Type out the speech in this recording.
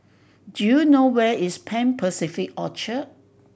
do you know where is Pan Pacific Orchard